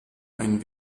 einen